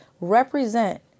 represent